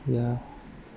ya